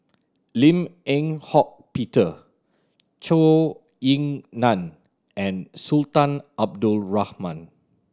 Lim Eng Hock Peter Zhou Ying Nan and Sultan Abdul Rahman